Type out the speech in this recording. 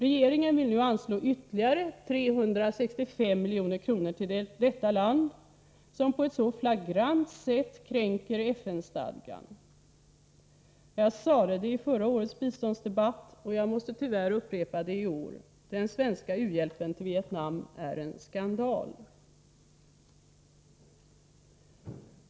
Regeringen vill nu anslå ytterligare 365 milj.kr. till detta land, som på ett så flagrant sätt kränker FN-stadgan. Jag sade det i förra årets biståndsdebatt, och jag måste tyvärr upprepa det i år: den svenska u-hjälpen till Vietnam är en skandal.